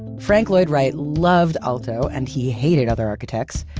frank lloyd wright loved aalto, and he hated other architects.